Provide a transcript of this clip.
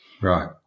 Right